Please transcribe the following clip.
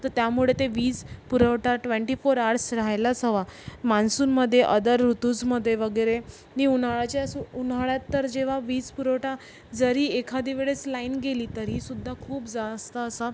तर त्यामुळे ते वीज पुरवठा ट्वेंटी फोर आर्स रहायलाच हवा मान्सूनमध्ये अदर ऋतूसमध्ये वगैरे नि उन्हाळ्याच्या सु उन्हाळ्यात तर जेव्हा वीजपुरवठा जरी एखादे वेळेस लाईन गेली तरीसुद्धा खूप जास्त असा